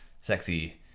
sexy